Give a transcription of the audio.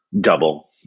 double